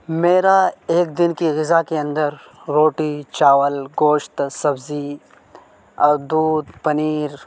میرا ایک دن کی غذا کے اندر روٹی چاول گوشت سبزی اور دودھ پنیر